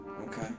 okay